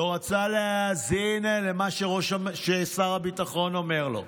לא רצה להאזין למה ששר הביטחון אומר לו.